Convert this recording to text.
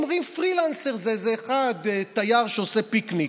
אומרים שפרילנסר זה אחד תייר שעושה פיקניק.